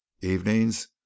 evenings